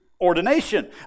ordination